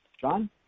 John